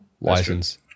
license